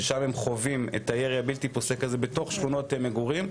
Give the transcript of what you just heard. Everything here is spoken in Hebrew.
שבה הם חווים את הירי הבלתי פוסק הזה בתוך שכונות מגורים,